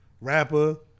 Rapper